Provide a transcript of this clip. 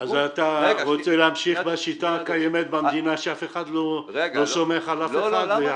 אתה רוצה להמשיך בשיטה הקיימת במדינה שאף אחד לא סומך על אף אחד?